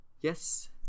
Yes